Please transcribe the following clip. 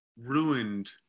ruined